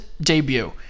debut